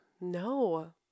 No